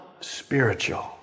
spiritual